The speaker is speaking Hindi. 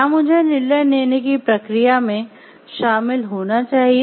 क्या मुझे निर्णय लेने की प्रक्रिया में शामिल होना चाहिए